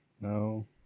No